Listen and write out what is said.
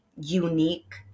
unique